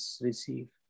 receive